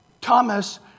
thomas